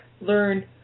learn